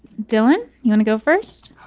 dylan, you wanna go first?